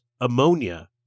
ammonia